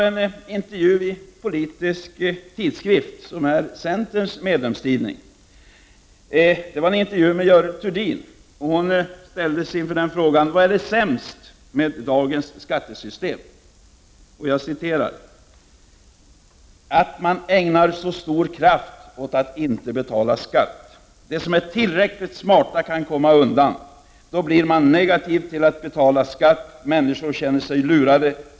I en intervju i centerns medlemstidning Politisk tidskrift svarar Görel Thurdin på frågan ”Vad är sämst med dagens skattesystem?”: ”Att man ägnar så stor kraft åt att inte betala skatt. De som är tillräckligt smarta kan komma undan. Då blir man negativ till att betala skatt. Människor känner sig lurade.